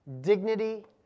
dignity